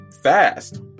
fast